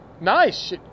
Nice